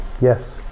Yes